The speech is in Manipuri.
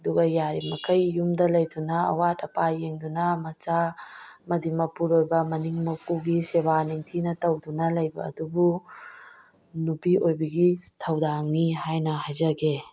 ꯑꯗꯨꯒ ꯌꯥꯔꯤ ꯃꯈꯩ ꯌꯨꯝꯗ ꯂꯩꯗꯨꯅ ꯑꯋꯥꯠ ꯑꯄꯥ ꯌꯦꯡꯗꯨꯅ ꯃꯆꯥ ꯑꯃꯗꯤ ꯃꯄꯨꯔꯣꯏꯕ ꯃꯅꯦꯝ ꯃꯀꯨꯒꯤ ꯁꯦꯕꯥ ꯅꯤꯡꯊꯤꯅ ꯇꯧꯗꯨꯅ ꯂꯩꯕ ꯑꯗꯨꯕꯨ ꯅꯨꯄꯤ ꯑꯣꯏꯕꯤꯒꯤ ꯊꯧꯗꯥꯡꯅꯤ ꯍꯥꯏꯅ ꯍꯥꯏꯖꯒꯦ